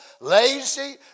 lazy